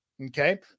okay